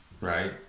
Right